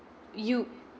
you